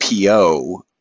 PO